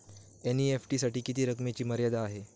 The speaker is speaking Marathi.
एन.ई.एफ.टी साठी किती रकमेची मर्यादा आहे?